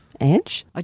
Edge